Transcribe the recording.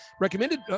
recommended